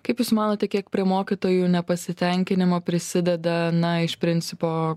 kaip jūs manote kiek prie mokytojų nepasitenkinimo prisideda na iš principo